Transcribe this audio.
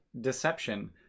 Deception